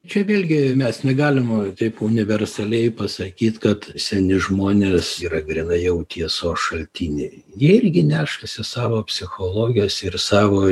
čia vėlgi mes negalim taip universaliai pasakyt kad seni žmonės yra grynai jau tiesos šaltiniai jie irgi nešasi savo psichologijos ir savo